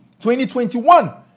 2021